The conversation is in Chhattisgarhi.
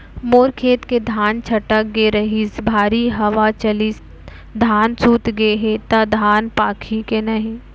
मोर खेत के धान छटक गे रहीस, भारी हवा चलिस, धान सूत गे हे, त धान पाकही के नहीं?